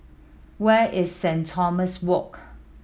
where is Saint Thomas Walk